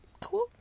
cool